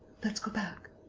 let's go back.